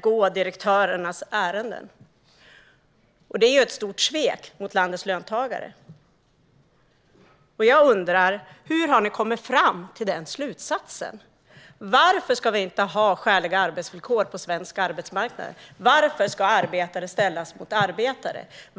gå direktörernas ärenden. Det är ett stort svek mot landets löntagare. Jag undrar: Hur har ni kommit fram till den slutsatsen? Varför ska vi inte ha skäliga arbetsvillkor på svensk arbetsmarknad? Varför ska arbetare ställas mot arbetare?